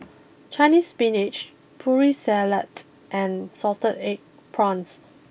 Chinese spinach putri Salad and Salted Egg Prawns